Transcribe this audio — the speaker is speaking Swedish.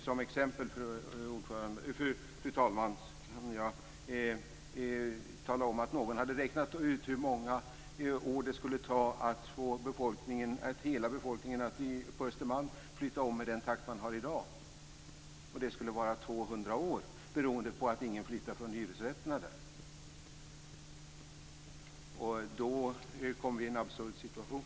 Som exempel, fru talman, kan jag tala om att det var någon som räknade ut hur många år det skulle ta att få hela befolkningen på Östermalm att flytta om med den takt som de gör det i dag. Det skulle ta 200 år, beroende på att ingen flyttar från hyresrätterna där. Då hamnar vi i en absurd situation.